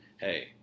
Hey